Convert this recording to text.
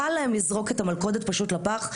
קל להם לזרוק את המלכודת פשוט לפח.